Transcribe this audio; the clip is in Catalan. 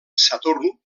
saturn